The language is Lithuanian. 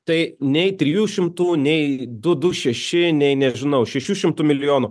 tai nei trijų šimtų nei du du šeši nei nežinau šešių šimtų milijonų